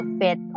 fit